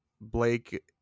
Blake